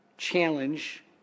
challenge